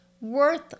worth